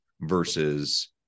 versus